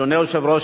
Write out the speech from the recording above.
אדוני היושב-ראש,